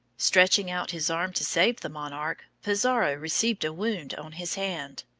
stretching out his arm to save the monarch, pizarro received a wound on his hand,